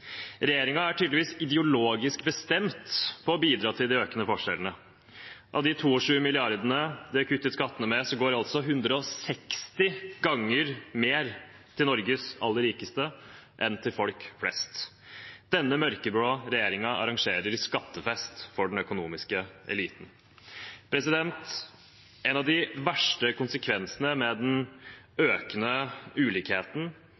er tydeligvis ideologisk bestemt på å bidra til de økende forskjellene. Av de 22 mrd. kr de har kuttet skattene med, går altså 160 ganger mer til Norges aller rikeste enn til folk flest. Denne mørkeblå regjeringen arrangerer skattefest for den økonomiske eliten. En av de verste konsekvensene med den